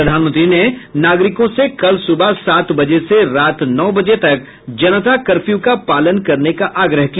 प्रधानमंत्री ने नागरिकों से कल सुबह सात बजे से रात नौ बजे तक जनता कर्फ्यू का पालन करने का आग्रह किया